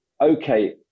okay